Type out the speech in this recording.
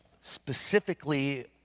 specifically